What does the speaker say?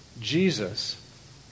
Jesus